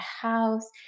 house